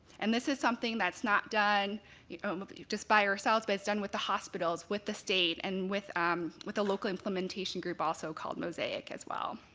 and this is something that's not done you know um but just by ourselves but it's done with the hospitals, with the state and with um with the local implementation group also called mosaic as well.